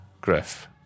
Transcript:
Griff